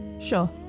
sure